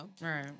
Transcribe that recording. Right